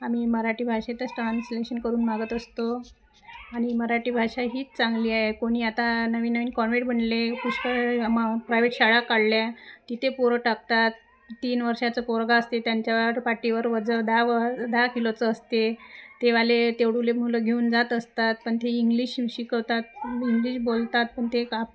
आम्ही मराठी भाषेतच ट्रान्सलेशन करून मागत असतो आणि मराठी भाषा हीच चांगली आहे कोणी आता नवीन नवीन कॉन्वेंट बनले पुष्कळ म प्रायव्हेट शाळा काढल्या तिथे पोरं टाकतात तीन वर्षाचा पोरगा असते त्यांच्या पाटीवर ओझं दहाव दहा किलोचं असते तेवाले तेवढुले मुलं घेऊन जात असतात पण ते इंग्लिश शिकवतात इंग्लिश बोलतात पण ते काप